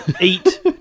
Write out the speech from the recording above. Eat